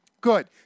Good